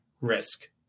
risk